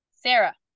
Sarah